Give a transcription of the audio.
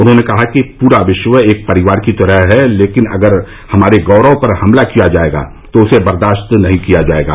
उन्होंने कहा कि पूरा विश्व एक परिवार की तरह है लेकिन अगर हमारे गौरव पर हमला किया जाएगा तो उसे बर्दाश्त नहीं किया जाएगा